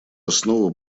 основу